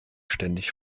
ständig